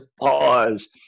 pause